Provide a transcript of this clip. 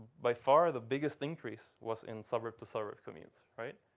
by far, the biggest increase was in suburb-to-suburb commutes.